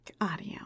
Audio